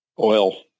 oil